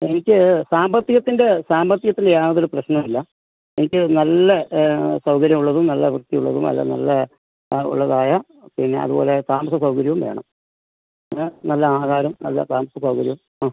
എനിക്ക് സാമ്പത്തികത്തിൻ്റെ സാമ്പത്തികത്തിൻ്റെ യാതൊരു പ്രശ്നം ഇല്ല എനിക്ക് നല്ല സൗകര്യം ഉള്ളതും നല്ല വൃത്തിയുള്ളതും എല്ലാം നല്ല ആ ഉള്ളതായ പിന്നെ അതുപോലെ താമസ സൗകര്യവും വേണം പിന്നെ നല്ല ആഹാരം നല്ല താമസ സൗകര്യം ആ